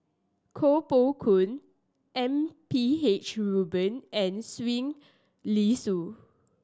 Koh Poh Koon M P H Rubin and Li Sui